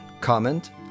comment